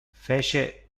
fece